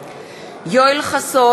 (קוראת בשמות חברי הכנסת) יואל חסון,